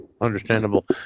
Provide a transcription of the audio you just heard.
understandable